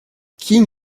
king